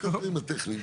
כמו שאתם יודעים,